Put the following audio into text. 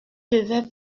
devait